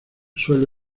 suelo